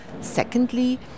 Secondly